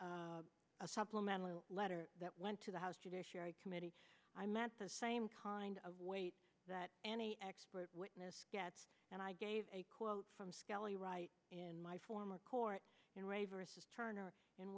in a supplemental letter that went to the house judiciary committee i met the same kind of weight that any expert witness gets and i gave a quote from scalia right in my former court in re versus turner in